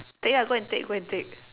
take ah go and take go and take